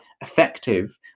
effective